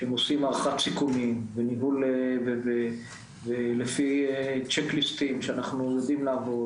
כשהם עושים הערכת סיכונים ולפי צ'ק ליסטים שאנחנו יודעים לעבוד